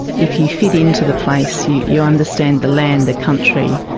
if you fit into the place you you understand the land, the country,